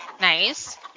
Nice